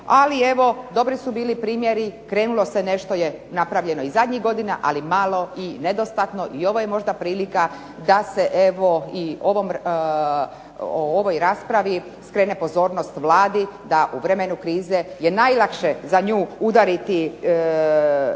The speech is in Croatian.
Ali evo dobri su bili primjeri, krenulo se nešto je napravljeno i zadnjih godina ali malo i nedostatno. I ovo je možda prilika da se u ovoj raspravi skrene pozornost Vladi da u vremenu krize je najlakše za nju udariti poreze